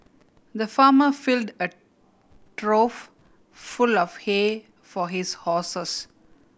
the farmer filled a trough full of hay for his horses